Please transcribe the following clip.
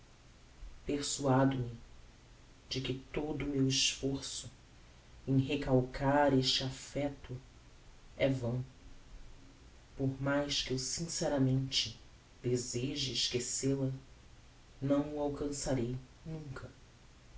persuado me de que todo o meu esforço em recalcar este affecto é vão por mais que eu sinceramente deseje esquecel a não o alcançarei nunca